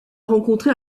rencontré